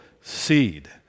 seed